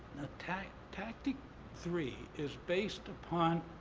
tactic tactic three is based upon